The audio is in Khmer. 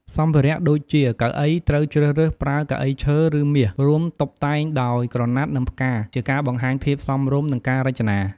សម្ភារៈដូចជាកៅអី ត្រូវជ្រើសរើសប្រើកៅអីឈើ ឬមាស រួមតុបតែងដោយក្រណាត់ និងផ្កា ជាការបង្ហាញភាពសមរម្យ និងការរចនា។